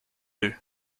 deux